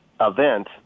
event